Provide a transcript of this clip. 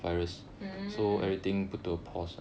mm